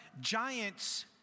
giants